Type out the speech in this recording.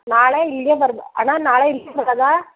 ನಾಳೆ ಇಲ್ಲಿಗೇ ಬರ್ಬ್ ಅಣ್ಣ ನಾಳೆ ಇಲ್ಲಿಗೇ ಬರೋದಾ